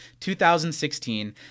2016